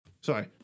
sorry